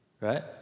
right